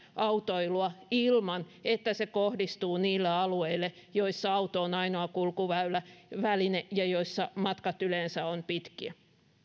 autoilua ilman että se kohdistuu niille alueille joissa auto on ainoa kulkuväline ja joissa matkat yleensä ovat pitkiä